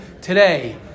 today